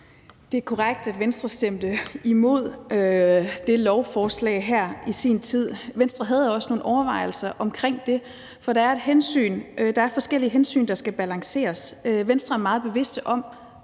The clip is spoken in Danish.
Det er korrekt, at Venstre stemte imod det lovforslag i sin tid. Venstre havde også nogle overvejelser om det. For der er forskellige hensyn, der skal balanceres. Venstre er meget bevidst om,